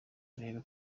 arebe